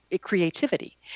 creativity